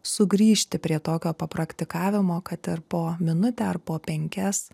sugrįžti prie tokio papraktikavimo kad ir po minutę ar po penkias